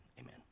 Amen